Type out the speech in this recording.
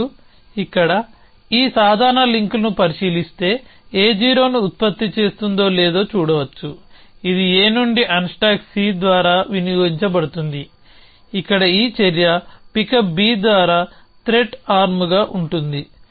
ఇప్పుడు ఇక్కడ ఈ సాధారణ లింక్ను పరిశీలిస్తే A0ని ఉత్పత్తి చేస్తుందో లేదో చూడవచ్చు ఇది A నుండి అన్స్టాక్ C ద్వారా వినియోగించబడుతోంది ఇక్కడ ఈ చర్య పికప్ B ద్వారా త్రెట్ ఆర్మ్గా ఉంది